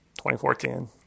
2014